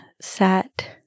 sat